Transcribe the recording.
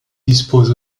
disposent